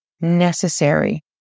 necessary